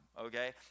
okay